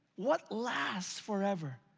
what lasts forever?